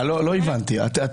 עוד לא הצגנו את ההסדר.